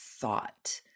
thought